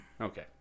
Okay